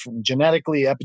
genetically